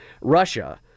Russia –